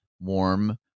warm